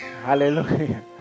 Hallelujah